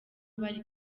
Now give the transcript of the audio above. bari